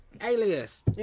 Alias